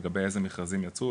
לגבי איזה מכרזים יצאו?